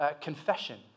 Confession